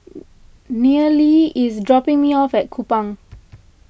Nealie is dropping me off at Kupang